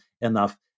enough